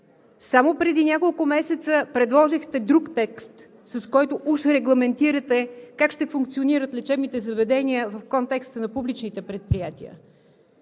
Само преди няколко месеца предложихте друг текст, с който уж регламентирате как ще функционират лечебните заведения в контекста на публичните предприятия.